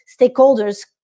stakeholders